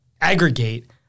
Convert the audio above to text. aggregate